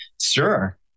sure